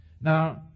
Now